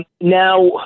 Now